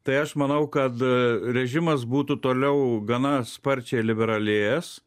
tai aš manau kad režimas būtų toliau gana sparčiai liberalėjęs